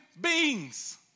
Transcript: beings